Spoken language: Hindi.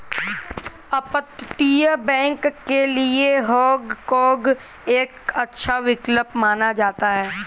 अपतटीय बैंक के लिए हाँग काँग एक अच्छा विकल्प माना जाता है